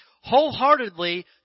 wholeheartedly